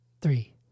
Three